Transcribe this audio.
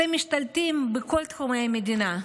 אתם משתלטים בכל תחומי המדינה,